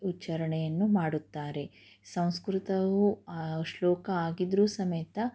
ಉಚ್ಚಾರಣೆಯನ್ನು ಮಾಡುತ್ತಾರೆ ಸಂಸ್ಕೃತವು ಶ್ಲೋಕ ಆಗಿದ್ದರೂ ಸಮೇತ